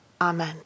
Amen